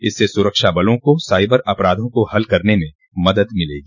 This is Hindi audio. इससे सुरक्षाबलों को साइबर अपराधों को हल करने में मदद मिलेगी